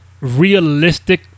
realistic